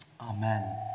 Amen